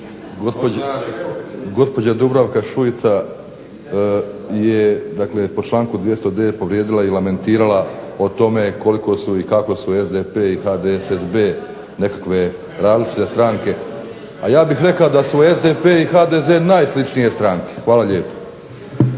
Gospođa Dubravka Šuica je dakle po članku 209. povrijedila i lamentirala o tome koliko su i kako su SDP i HDSSB nekakve različite stranke, a ja bih rekao da su SDP i HDZ najsličnije stranke. Hvala lijepo.